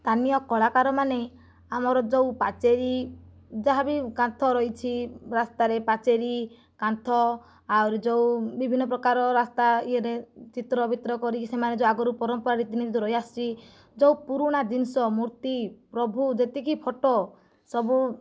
ସ୍ଥାନୀୟ କଳାକାରମାନେ ଆମର ଯେଉଁ ପାଚେରୀ ଯାହା ବି କାନ୍ଥ ରହିଛି ରାସ୍ତାରେ ପାଚେରୀ କାନ୍ଥ ଆହୁରି ଯେଉଁ ବିଭିନ୍ନ ପ୍ରକାର ରାସ୍ତା ଇଏରେ ଚିତ୍ର ବିତ୍ର କରିକି ସେମାନେ ଯେଉଁ ଆଗରୁ ପରମ୍ପରା ରୀତିନୀତି ରହିଆସିଛି ଯେଉଁ ପୁରୁଣା ଜିନିଷ ମୂର୍ତ୍ତି ପ୍ରଭୁ ଯେତିକି ଫଟୋ ସବୁ